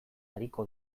ariko